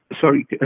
Sorry